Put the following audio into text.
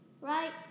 right